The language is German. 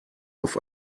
auf